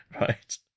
Right